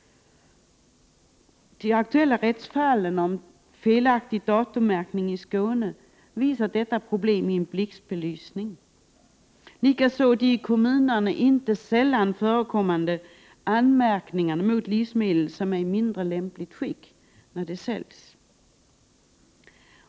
De aktuella rättsfallen om felaktig datummärkning i Skåne visar detta problem i blixtbelysning. Det gör likaså de i kommunerna inte sällan förekommande anmärkningarna mot livsmedel som är i mindre lämpligt skick vid försäljning.